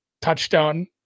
touchdown